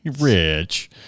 rich